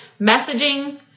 Messaging